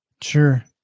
sure